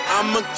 I'ma